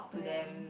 to them